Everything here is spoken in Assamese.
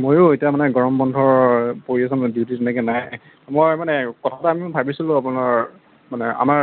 মইও এতিয়া মানে গৰম বন্ধ পৰি আছে মোৰ ডিউটি তেনেকৈ নাই মই মানে কথা এটা আমি ভাবিছিলোঁ আপোনাৰ মানে আমাৰ